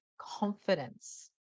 confidence